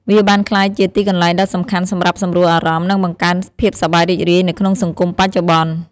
វាបានក្លាយជា ទីកន្លែងដ៏សំខាន់សម្រាប់សម្រួលអារម្មណ៍ និងបង្កើតភាពសប្បាយរីករាយ នៅក្នុងសង្គមបច្ចុប្បន្ន។